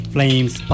Flames